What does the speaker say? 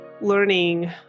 learning